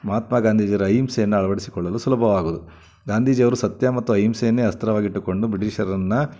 ಮಹಾತ್ಮ ಗಾಂಧೀಜಿಯವರ ಅಹಿಂಸೆಯನ್ನು ಅಳವಡ್ಸಿಕೊಳ್ಳಲು ಸುಲಭವಾಗುವುದು ಗಾಂಧೀಜಿಯವರು ಸತ್ಯ ಮತ್ತು ಅಹಿಂಸೆಯನ್ನೇ ಅಸ್ತ್ರವನ್ನಾಗಿಟ್ಟುಕೊಂಡು ಬ್ರಿಟಿಷರನ್ನು